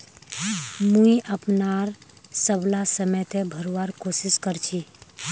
मुई अपनार सबला समय त भरवार कोशिश कर छि